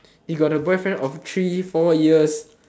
you got a boyfriend of three four years